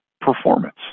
performance